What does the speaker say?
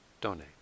donate